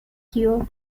cure